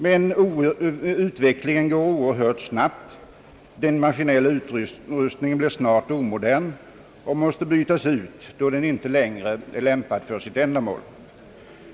Men utvecklingen går oerhört snabbt, den maskinella utrustningen blir snart omodern och måste bytas ut då den inte längre är lämpad för sitt ändamål.